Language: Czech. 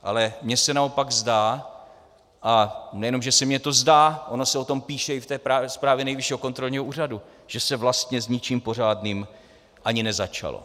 Ale mně se naopak zdá, a nejenom že se mně to zdá, ono se o tom píše i v té zprávě Nejvyššího kontrolního úřadu, že se vlastně s ničím pořádným ani nezačalo.